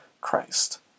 Christ